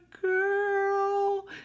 girl